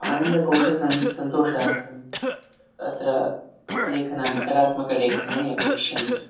आनन्दकोश सन् सन्तोषार्थम् अत्र लेखनानि कलात्मकलेखनानि अपेक्ष्यन्ते